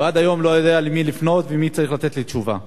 ועד היום אני לא יודע למי לפנות ומי צריך לתת לי תשובה.